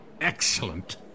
Excellent